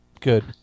good